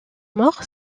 mort